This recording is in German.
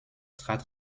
trat